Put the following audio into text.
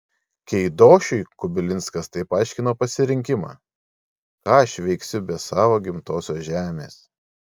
keidošiui kubilinskas taip aiškino pasirinkimą ką aš veiksiu be savo gimtosios žemės